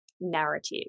narrative